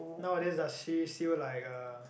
nowadays ah she still like uh